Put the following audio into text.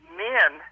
men